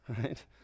Right